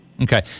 Okay